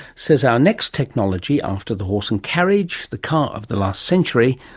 says our next technology after the horse and carriage, the car of the last century,